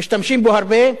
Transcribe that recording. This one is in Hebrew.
משתמשים בו הרבה,